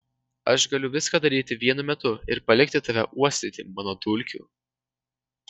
aš galiu viską daryti vienu metu ir palikti tave uostyti mano dulkių